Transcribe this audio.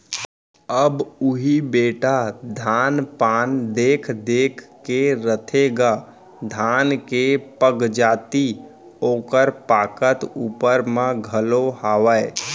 अब उही बेटा धान पान देख देख के रथेगा धान के पगजाति ओकर पाकत ऊपर म घलौ हावय